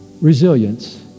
resilience